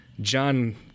john